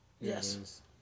Yes